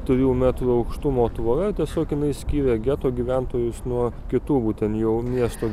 trijų metrų aukštumo tvora tiesiog jinai skyrė geto gyventojus nuo kitų būtent jau miesto